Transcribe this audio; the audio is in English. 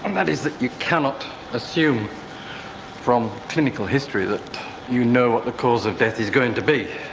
and that is that you cannot assume from clinical history that you know what the cause of death is going to be.